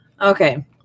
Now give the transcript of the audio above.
Okay